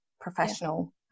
professional